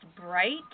bright